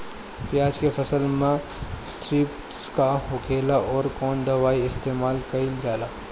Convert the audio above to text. प्याज के फसल में थ्रिप्स का होखेला और कउन दवाई इस्तेमाल कईल जाला?